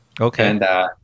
Okay